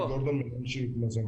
אני אלי גורדון מנהל שירות המזון,